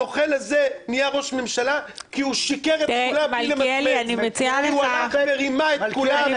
הנוכל הזה נהיה ראש ממשלה כי הוא שיקר לכולם בלי למצמץ ורימה את כולם.